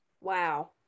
wow